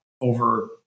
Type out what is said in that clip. over